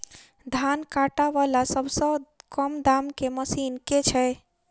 धान काटा वला सबसँ कम दाम केँ मशीन केँ छैय?